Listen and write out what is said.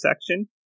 section